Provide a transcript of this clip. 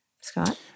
Scott